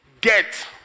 get